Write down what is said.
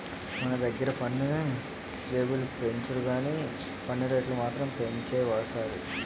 మన దగ్గిర పన్ను స్లేబులు పెంచరు గానీ పన్ను రేట్లు మాత్రం పెంచేసారు